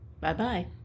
Bye-bye